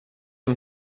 amb